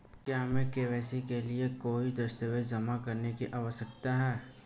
क्या हमें के.वाई.सी के लिए कोई दस्तावेज़ जमा करने की आवश्यकता है?